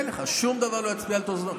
שום דבר לא ישפיע על תוצאות המכרז.